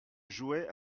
jouait